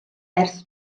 ers